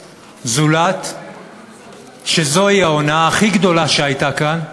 זולת שזוהי ההונאה הכי גדולה שהייתה כאן.